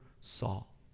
Saul